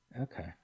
Okay